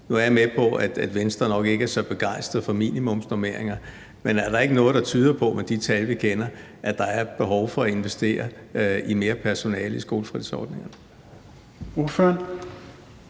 Nu er jeg med på, at Venstre nok ikke er så begejstret for minimumsnormeringer, men er der ikke noget, der tyder på – med de tal, vi kender – at der er et behov for at investere i mere personale i skolefritidsordningerne?